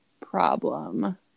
problem